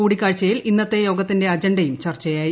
കൂടിക്കാഴ്ചയിൽ ഇന്നത്തെ യോഗത്തിന്റെ അജണ്ടയും ചർച്ചയായി